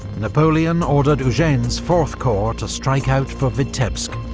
napoleon ordered eugene's fourth corps to strike out for vitebsk,